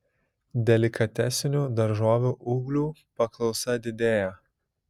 delikatesinių daržovių ūglių paklausa didėja